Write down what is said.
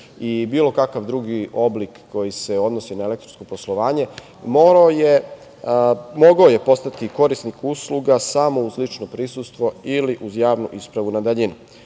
i bilo kakav drugi oblik koji se odnosi na elektronsko poslovanje mogao je postati korisnik usluga samo uz lično prisustvo ili uz javnu ispravu na daljinu.